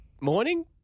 morning